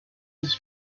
his